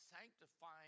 sanctifying